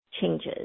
changes